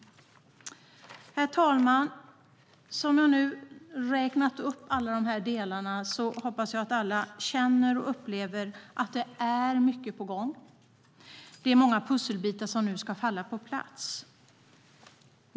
Herr talman! När jag nu har räknat upp alla de här delarna hoppas jag att alla känner och upplever att det är mycket på gång. Det är många pusselbitar som ska falla på plats.